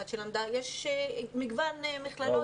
יש מגוון מכללות.